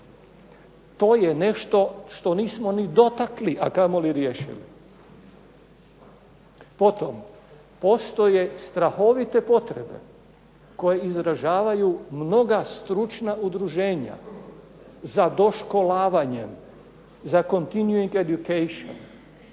To je nešto što nismo ni dotakli, a kamoli riješili. Potom, postoje strahovite potrebe koje izražavaju mnoga stručna udruženja za doškolovanjem, za continuitet education.